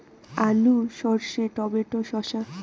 আলু সর্ষে টমেটো শসা